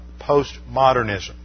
postmodernism